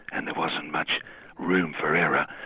and there wasn't much room for error,